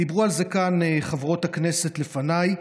דיברו על זה כאן חברות הכנסת לפניי,